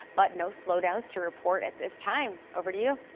but no slowdowns to report at this time. over to you.